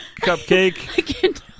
Cupcake